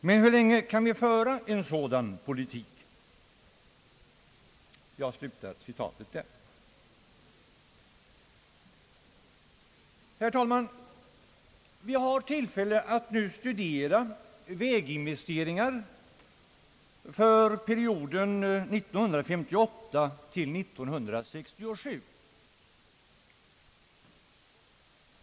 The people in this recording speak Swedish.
Men hur länge kan vi föra en sådan politik?» Vi har nu, herr talman, tillfälle att studera väginvesteringar för perioden 1958—1967.